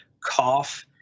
cough